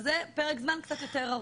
אז זה פרק זמן קצת יותר ארוך.